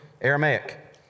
Aramaic